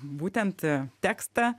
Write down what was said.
būtent tekstą